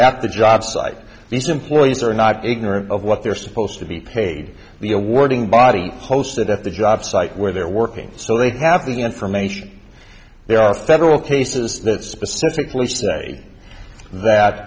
after jobsite these employees are not ignorant of what they're supposed to be paid the awarding body posted at the job site where they're working so they have the information there are federal cases that specifically say that